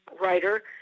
writer